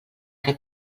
que